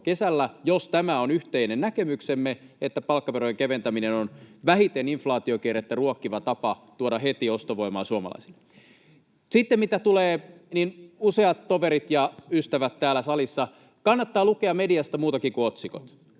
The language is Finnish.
kesällä, jos tämä on yhteinen näkemyksemme, että palkkaverojen keventäminen on vähiten inflaatiokierrettä ruokkiva tapa tuoda heti ostovoimaa suomalaisille? Sitten, useat toverit ja ystävät täällä salissa, kannattaa lukea mediasta muutakin kuin otsikot.